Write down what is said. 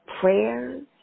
prayers